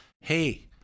hey